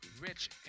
Rich